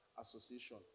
Association